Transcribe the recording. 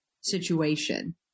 situation